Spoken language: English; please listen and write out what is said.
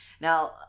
now